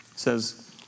Says